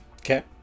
Okay